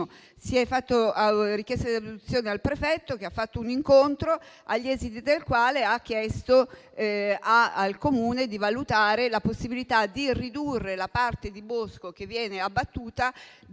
una richiesta al prefetto, che ha svolto un incontro, agli esiti del quale ha chiesto al Comune di valutare la possibilità di ridurre la parte di bosco che viene abbattuta,